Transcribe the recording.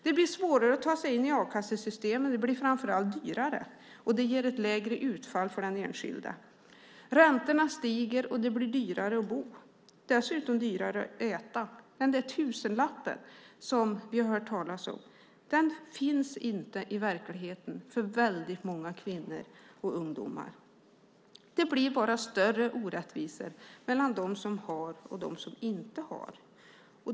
Det blir svårare att ta sig in i a-kassesystemen. Det blir framför allt dyrare, och det ger ett lägre utfall för den enskilda. Räntorna stiger, och det blir dyrare att bo. Dessutom blir det dyrare att äta. Den där tusenlappen som vi har hört talas om finns inte i verkligheten för väldigt många kvinnor och ungdomar. Det blir bara större orättvisor mellan dem som har och dem som inte har.